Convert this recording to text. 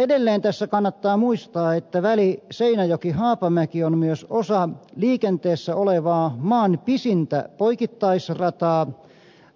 edelleen tässä kannattaa muistaa että väli seinäjokihaapamäki on myös osa liikenteessä olevaa maan pisintä poikittaisrataa